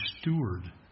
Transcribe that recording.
steward